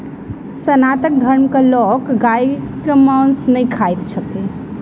सनातन धर्मक लोक गायक मौस नै खाइत छथि